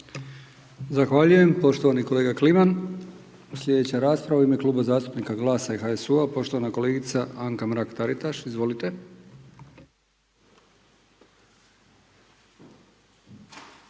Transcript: Zahvaljujem poštovani kolega Kliman. Sljedeća rasprava u ime Kluba zastupnika Glasa i HSU-a poštovana kolegica Anka Mrak Taritaš. Izvolite.